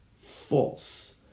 false